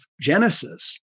Genesis